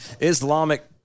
islamic